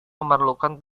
memerlukan